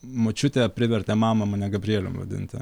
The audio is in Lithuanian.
močiutė privertė mamą mane gabrielium vadinti